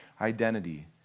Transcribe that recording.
identity